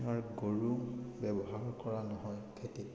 ধৰণৰ গৰু ব্যৱহাৰ কৰা নহয় খেতিত